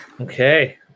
Okay